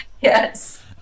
Yes